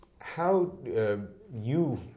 How—you